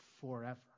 forever